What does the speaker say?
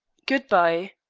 good-bye!